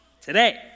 Today